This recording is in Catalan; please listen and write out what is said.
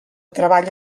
treball